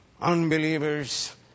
unbelievers